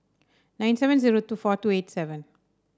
nine seven zero two four two eight seven